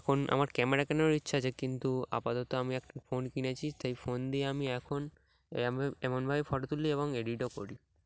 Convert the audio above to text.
এখন আমার ক্যামেরা কেনার ইচ্ছা আছে কিন্তু আপাতত আমি একটা ফোন কিনেছি তাই ফোন দিয়ে আমি এখন এভ এমনভাবে ফটো তুলি এবং এডিটও করি